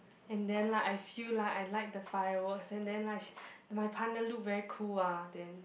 and then like I feel like I like the fireworks and then like my partner look very cool ah then